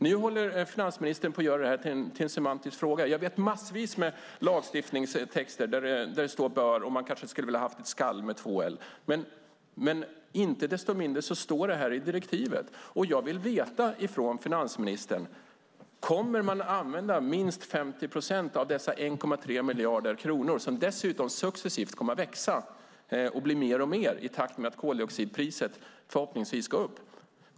Nu håller finansministern på att göra detta till en semantisk fråga. Jag känner till massvis med lagtexter där det står bör och man skulle ha velat ha ett skall . Inte desto mindre står det så i direktivet. Kommer man att använda minst 50 procent, finansministern, av dessa 1,3 miljarder kronor, som dessutom successivt kommer att växa och bli mer och mer i takt med att koldioxidpriset förhoppningsvis går upp?